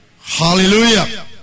Hallelujah